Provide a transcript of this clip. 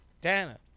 Dana